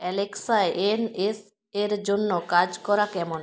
Alexa NS এর জন্য কাজ করা কেমন